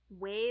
Wave